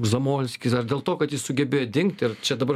zamolskis ar dėl to kad jis sugebėjo dingt ir čia dabar